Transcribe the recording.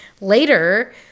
later